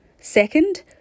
Second